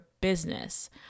business